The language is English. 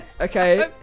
okay